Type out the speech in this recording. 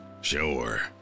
sure